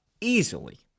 easily